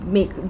Make